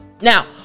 Now